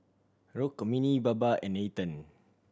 Rukmini Baba and Nathan